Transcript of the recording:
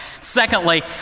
Secondly